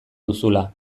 duzula